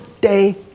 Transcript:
day